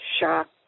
shocked